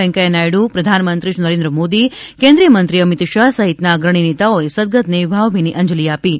વૈંકયા નાયડુ પ્રધાનમંત્રી શ્રી નરેન્દ્ર મોદી કેન્દ્રીય મંત્રી અમિત શાહ સહિતના અગ્રણી નેતાઓએ સદગતને ભાવભીની અંજલી આપી છે